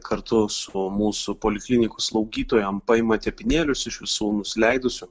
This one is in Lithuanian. kartu su mūsų poliklinikų slaugytojom paima tepinėlius iš visų nusileidusių